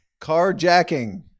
Carjacking